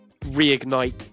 reignite